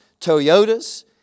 toyotas